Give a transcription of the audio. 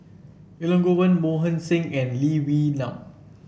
Elangovan Mohan Singh and Lee Wee Nam